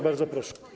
Bardzo proszę.